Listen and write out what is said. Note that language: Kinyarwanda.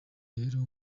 rero